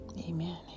Amen